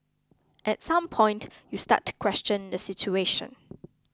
at some point you start to question the situation